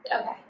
okay